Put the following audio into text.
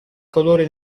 colore